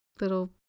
little